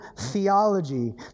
theology